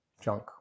junk